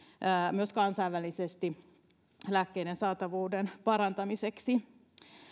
myös kansainvälisesti lääkkeiden saatavuuden parantamiseksi